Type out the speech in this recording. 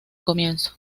comienzo